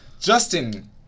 Justin